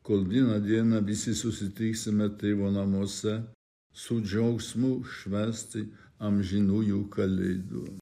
kol vieną dieną visi susitiksime tėvo namuose su džiaugsmu švęsti amžinųjų kalėdų